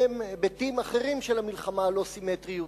הן היבטים אחרים של המלחמה הלא-סימטרית.